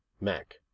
Mac